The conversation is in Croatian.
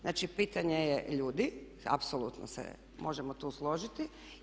Znači pitanje je ljudi, apsolutno se možemo tu složiti.